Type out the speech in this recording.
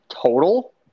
Total